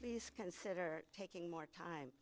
please consider taking more time